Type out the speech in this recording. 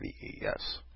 yes